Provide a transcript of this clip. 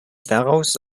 daraus